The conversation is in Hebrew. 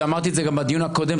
ואמרתי את זה גם בדיון הקודם,